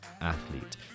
athlete